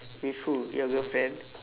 with who your girlfriend